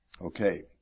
Okay